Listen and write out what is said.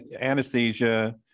anesthesia